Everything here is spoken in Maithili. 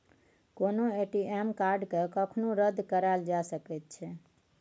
कोनो ए.टी.एम कार्डकेँ कखनो रद्द कराएल जा सकैत छै